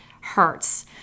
hurts